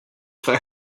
fact